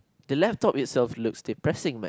the laptop is of looks depressing might